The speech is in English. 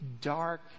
dark